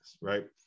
right